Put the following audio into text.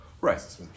Right